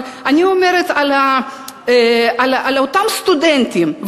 אבל אני אומרת על אותם סטודנטים,